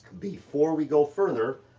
before we go further,